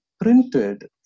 printed